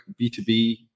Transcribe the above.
B2B